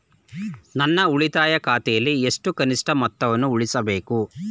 ನನ್ನ ಉಳಿತಾಯ ಖಾತೆಯಲ್ಲಿ ಎಷ್ಟು ಕನಿಷ್ಠ ಮೊತ್ತವನ್ನು ಉಳಿಸಬೇಕು?